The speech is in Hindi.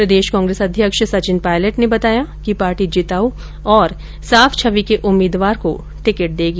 प्रदेश कांग्रेस अध्यक्ष सचिन पायलट ने बताया कि पार्टी जिताऊ और साफ छवि के उम्मीदवार को टिकट देगी